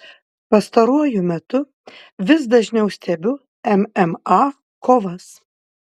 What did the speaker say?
pastaruoju metu vis dažniau stebiu mma kovas